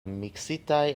miksitaj